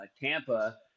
Tampa